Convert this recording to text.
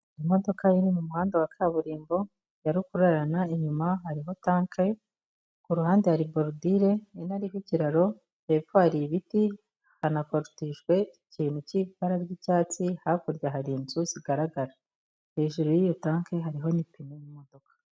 Imodoka iri mu muhanda wa kaburimbo ya rukururana, inyuma hariho tanke, ku ruhande hari borudire inariho ikiraro, hepfo hari ibiti hanakorotijwe ikintu cy'ibara ry'icyatsi, hakurya hari inzu zigaragara, hejuru y'iyo tanke hariho n'ipine y'imodoka.